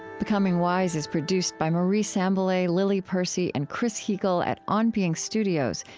becoming wise is produced by marie sambilay, lily percy, and chris heagle at on being studios,